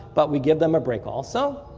but we give them a break also.